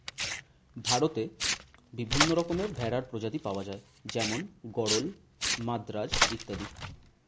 ভারতে বিভিন্ন রকমের ভেড়ার প্রজাতি পাওয়া যায় যেমন গরল, মাদ্রাজ অত্যাদি